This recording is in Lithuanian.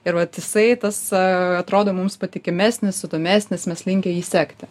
ir vat jisai tas atrodo mums patikimesnis įdomesnis mes linkę jį sekti